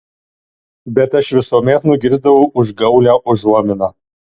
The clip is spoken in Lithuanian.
bet aš visuomet nugirsdavau užgaulią užuominą